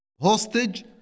hostage